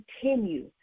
continue